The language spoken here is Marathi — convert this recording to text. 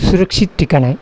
सुरक्षित ठिकाण आहे